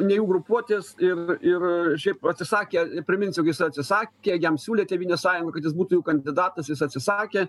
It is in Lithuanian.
ne jų grupuotės ir ir šiaip atsisakė priminsiu kad jis atsisakė jam siūlė tėvynės sąjunga kad jis būtų jų kandidatas jis atsisakė